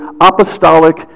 apostolic